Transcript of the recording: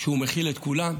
שהוא כולל את כולם?